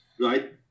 Right